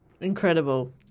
Incredible